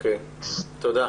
תודה.